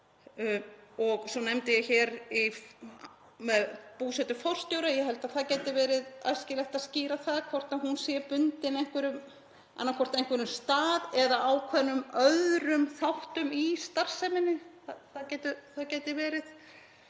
Svo nefndi ég hér búsetu forstjóra. Ég held að það gæti verið æskilegt að skýra það hvort hún sé bundin annaðhvort einhverjum stað eða ákveðnum öðrum þáttum í starfseminni, það gæti verið,